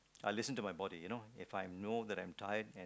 I listen to my body you know If I know that I'm tired and